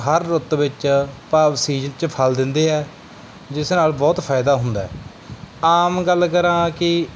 ਹਰ ਰੁੱਤ ਵਿੱਚ ਭਾਵ ਸੀਜਨ 'ਚ ਫ਼ਲ ਦਿੰਦੇ ਆ ਜਿਸ ਨਾਲ ਬਹੁਤ ਫ਼ਾਇਦਾ ਹੁੰਦਾ ਆਮ ਗੱਲ ਕਰਾਂ ਕਿ